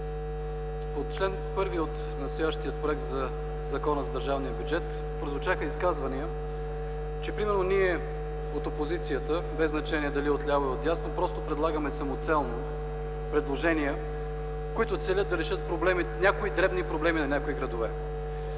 По чл. 1 от настоящия проект за Закон за държавния бюджет прозвучаха изказвания, че примерно ние от опозицията, без значение дали отляво или отдясно, просто предлагаме самоцелно предложения, които целят да решат някои дребни проблеми на някои градове.